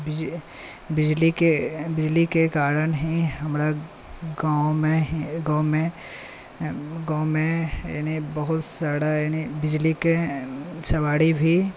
बिजलीके कारण ही हमरा गाँवमे गाँवमे गाँवमे यानि बहुत सारा यानि बिजलीके सवारी भी